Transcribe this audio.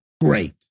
great